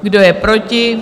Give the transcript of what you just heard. Kdo je proti?